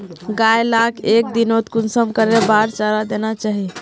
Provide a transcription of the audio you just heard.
गाय लाक एक दिनोत कुंसम करे बार चारा देना चही?